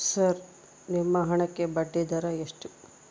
Sir ನಿಮ್ಮ ಹಣಕ್ಕೆ ಬಡ್ಡಿದರ ಎಷ್ಟು?